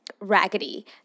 raggedy